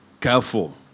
careful